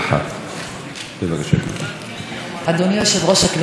אדוני היושב-ראש, כנסת נכבדה,